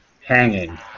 hanging